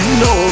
no